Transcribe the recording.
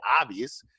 obvious